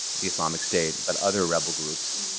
the islamic state but other rebel groups,